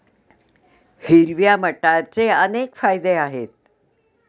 हिरव्या मटारचे अनेक फायदे आहेत